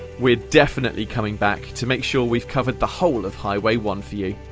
we're definitely coming back to make sure we've covered the whole of highway one for you.